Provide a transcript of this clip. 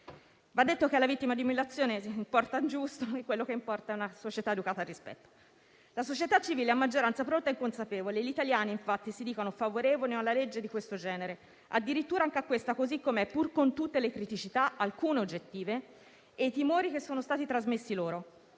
Va detto che alla vittima di umiliazione importa il giusto, quello che importa è una società educata al rispetto. La società civile è a maggioranza pronta e consapevole. Gli italiani infatti si dicono favorevoli ad una legge di questo genere, addirittura anche a questa, così com'è, pur con tutte le criticità, alcune oggettive, e i timori che sono stati trasmessi loro.